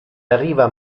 arriva